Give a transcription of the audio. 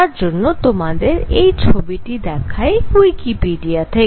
তার জন্য তোমাদের এই ছবিটি দেখাই উয়িকিপিডিইয়া থেকে